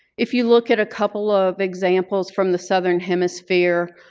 if you look at a couple of examples from the southern hemisphere,